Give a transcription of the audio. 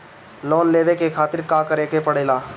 Loan लेवे के खातिर का करे के पड़ेला?